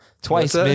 twice